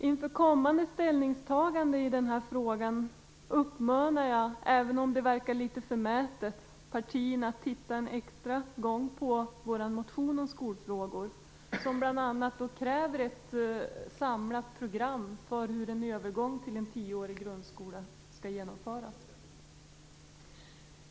Inför kommande ställningstagande i frågan uppmanar jag partierna, även om det verkar litet förmätet, att titta en extra gång på Centerpartiets motion om skolfrågor. I den krävs bl.a. ett samlat program för hur en övergång till en tioårig grundskola skall genomföras.